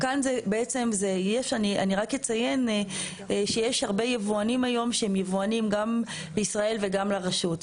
אני רק אציין שיש הרבה יבואנים היום שהם יבואנים בישראל וגם לרשות,